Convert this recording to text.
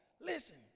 listen